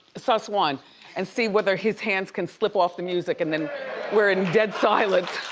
sus one and see whether his hands can slip off the music and then we're in dead silence.